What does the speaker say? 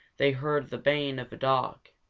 they heard the baying of a dog.